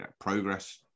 progress